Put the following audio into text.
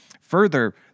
Further